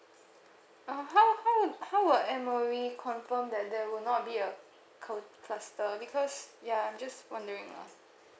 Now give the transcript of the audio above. ah how how how will M_O_E confirm that there will not be a CO~ cluster because ya I'm just wondering lah